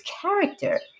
character